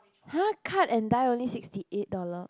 !huh! cut and dye only sixty eight dollar